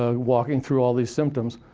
ah walking through all these symptoms,